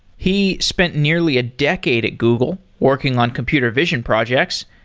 he spent nearly a decade at google working on computer vision projects,